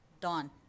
Dawn